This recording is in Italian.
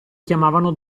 chiamavano